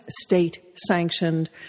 state-sanctioned